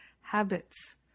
habits